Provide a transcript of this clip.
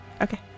Okay